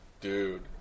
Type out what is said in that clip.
Dude